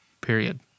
period